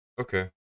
Okay